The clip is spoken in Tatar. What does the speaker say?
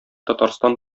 татарстан